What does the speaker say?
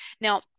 Now